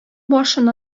башын